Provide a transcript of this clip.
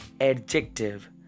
adjective